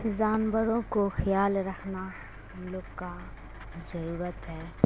جانوروں کو خیال رکھنا ہم لوگ کا ضرورت ہے